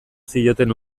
zioten